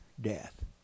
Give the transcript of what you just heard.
death